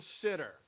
consider